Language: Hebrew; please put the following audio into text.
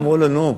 אמרו לו: נו,